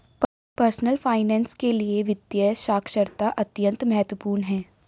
personal finance के लिए वित्तीय साक्षरता अत्यंत महत्वपूर्ण है